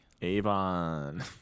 Avon